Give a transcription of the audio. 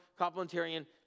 Complementarian